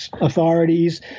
authorities